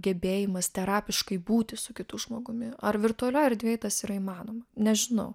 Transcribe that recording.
gebėjimas terapiškai būti su kitu žmogumi ar virtualioj erdvėj tas yra įmanoma nežinau